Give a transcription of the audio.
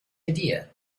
idea